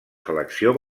selecció